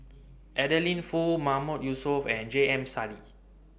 Adeline Foo Mahmood Yusof and J M Sali